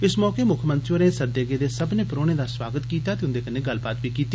इस मौके मुक्खमंत्री होरें सद्दे गेदे सब्मनें परौह्ने दा स्वागत कीता ते उन्दे कन्ने गल्लबात बी कीती